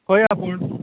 खंय या पूण